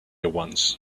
once